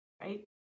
Right